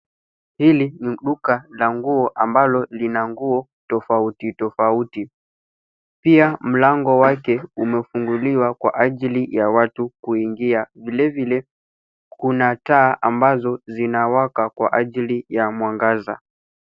Hili ni duka la nguo ambalo lina nguo tofautitofauti. Pia mlango wake umefunguliwa kwa ajili ya watu kuingia. Vilevile, kuna taa ambazo zinawaka kwa ajili ya mwangaza.